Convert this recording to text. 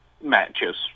matches